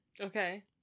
Okay